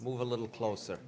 move a little closer